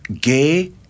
gay